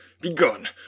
Begone